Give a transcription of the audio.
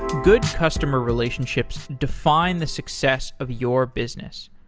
good customer relationships define the success of your business.